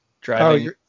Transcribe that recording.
driving